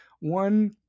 One